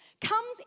comes